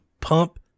pump